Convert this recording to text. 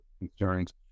concerns